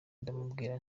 ndamubwira